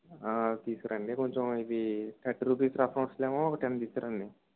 తీసుకురండి కొంచెం ఇది థర్టీ రుపీస్ రఫ్ నోట్స్ ఏమో ఒక టెన్ తీసుకురండి